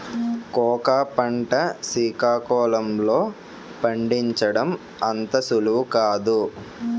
cocoa పంట సికాకుళం లో పండించడం అంత సులువు కాదు